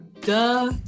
duh